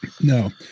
No